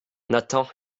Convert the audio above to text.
nathan